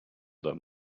that